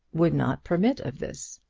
would not permit of this.